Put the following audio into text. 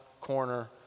corner